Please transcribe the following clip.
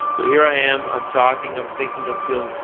so here i am, i'm talking, i'm thinking, i'm feeling,